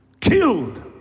killed